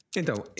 Então